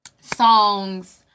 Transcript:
songs